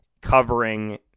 covering